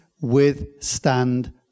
withstand